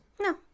No